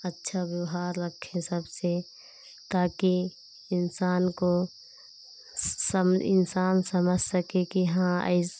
अच्छा व्यवहार रखे सब से ताकी इन्सान को इंसान समझ सकें कि हाँ